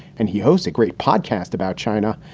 and he hosts a great podcast about china.